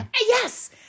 yes